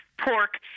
pork